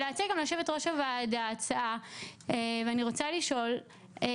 גם מיושבת ראש הוועדה הצעה ואני רוצה לשאול אם